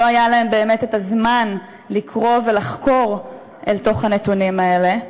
לא היה להם באמת הזמן לקרוא ולחקור אל תוך הנתונים האלה.